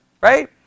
right